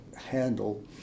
handle